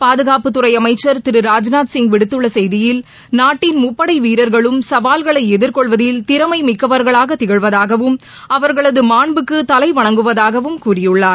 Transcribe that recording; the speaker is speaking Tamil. பாதுகாப்புத்துறை அமைச்சர் திரு ராஜ்நாத்சிங் விடுத்துள்ள செய்தியில் நாட்டின் முப்படை வீரர்களும் எதிர்கொள்வதில் மிக்கவர்களாக திகழ்வதாகவும் அவர்களது சவால்களை மாண்புக்கு திறமை தலைவணங்குவதாகவும் கூறியுள்ளார்